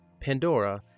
Pandora